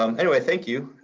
um anyway, thank you.